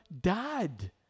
dad